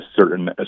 certain